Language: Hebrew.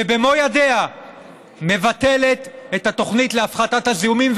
ובמו ידיה מבטלת את התוכנית להפחתת הזיהומים,